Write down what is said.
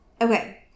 okay